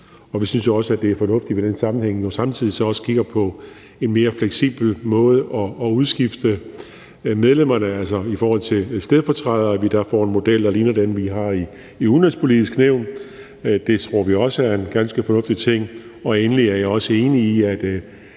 vi synes også, det er fornuftigt, at vi i den sammenhæng samtidig også kigger på en mere fleksibel måde at udskifte medlemmerne på, altså at vi i forhold til stedfortrædere får en model, der ligner den, vi har i Det Udenrigspolitiske Nævn. Det tror vi også er en ganske fornuftig ting. Endelig er jeg også enig i, at